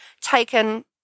taken